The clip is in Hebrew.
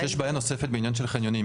יש בעיה נוספת בעניין של חניונים.